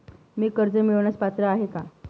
मी कर्ज मिळवण्यास पात्र आहे का?